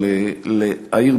אבל להעיר,